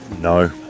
No